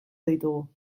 ditugu